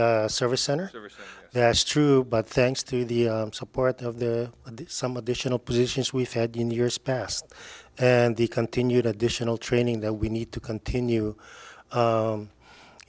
the service center that's true but thanks to the support of some additional positions we've had in years past and the continued additional training that we need to continue